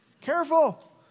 Careful